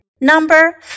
Number